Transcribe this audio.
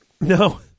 No